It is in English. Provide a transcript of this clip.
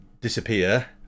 disappear